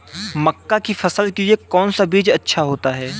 मक्का की फसल के लिए कौन सा बीज अच्छा होता है?